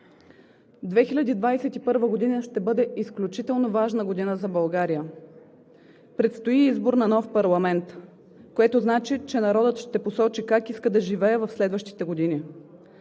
2021 г. ще бъде изключително важна година за България. Предстои избор на нов парламент, което значи, че народът ще посочи как иска да живее в следващите години.